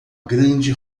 grande